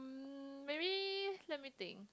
um maybe let me think